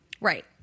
Right